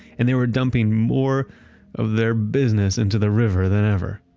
and they were dumping more of their business into the river than ever,